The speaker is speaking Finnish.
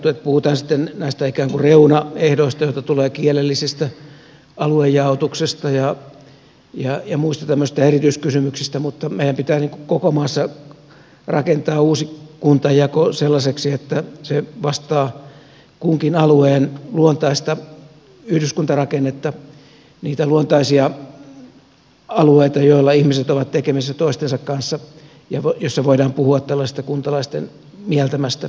puhutaan sitten näistä ikään kuin reunaehdoista joita tulee kielellisestä aluejaotuksesta ja muista tämmöisistä erityiskysymyksistä mutta meidän pitää koko maassa rakentaa uusi kuntajako sellaiseksi että se vastaa kunkin alueen luontaista yhdyskuntarakennetta niitä luontaisia alueita joilla ihmiset ovat tekemisissä toistensa kanssa jolloin voidaan puhua tällaisesta kuntalaisten mieltämästä yhteisestä asukasyhteisöstä